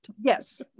yes